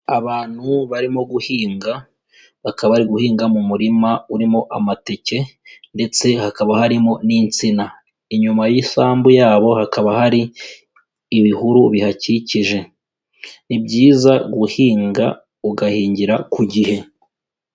Abantu barimo guhinga, bakaba bari guhinga mu murima urimo amateke ndetse hakaba harimo n'insina. Inyuma y'isambu yabo hakaba hari ibihuru bihakikije. Ni byiza guhinga, ugahingira ku gihe.